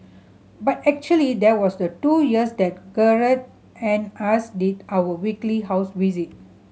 but actually there was the two years that Gerald and us did our weekly house visit